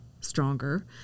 stronger